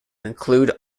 include